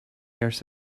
years